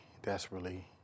desperately